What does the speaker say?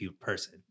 person